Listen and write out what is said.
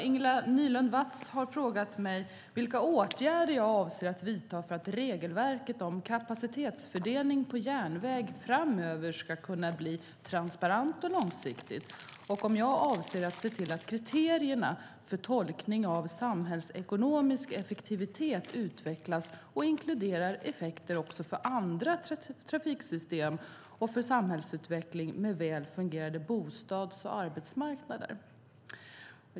Ingela Nylund Watz har frågat mig vilka åtgärder jag avser att vidta för att regelverket om kapacitetsfördelning på järnväg framöver ska kunna bli transparent och långsiktigt om jag avser att se till att kriterierna för tolkning av samhällsekonomisk effektivitet utvecklas och inkluderar effekter också för andra trafiksystem och för samhällsutveckling med väl fungerande bostads och arbetsmarknader.